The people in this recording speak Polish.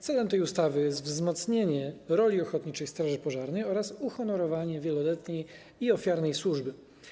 Celem tej ustawy jest wzmocnienie roli ochotniczej straży pożarnej oraz uhonorowanie wieloletniej i ofiarnej służby.